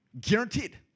Guaranteed